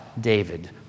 David